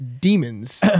Demons